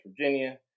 Virginia